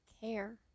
care